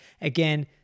Again